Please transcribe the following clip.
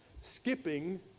skipping